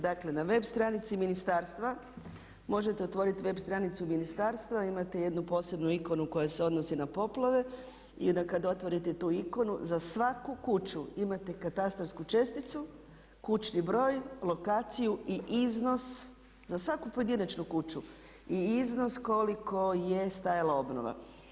Dakle, na web stranici ministarstva možete otvoriti web stranicu ministarstva, imate jednu posebnu ikonu koja se odnosi na poplave i da kad otvorite tu ikonu, za svaku kuću imate katastarsku česticu, kućni broj, lokaciju i iznos, za svaku pojedinačnu kuću i iznos koliko je stajala obnova.